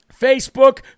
Facebook